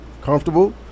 comfortable